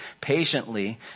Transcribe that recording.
patiently